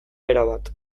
erabat